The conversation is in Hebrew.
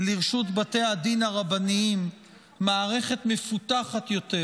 לרשות בתי הדין הרבניים מערכת מפותחת יותר